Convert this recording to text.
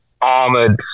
armored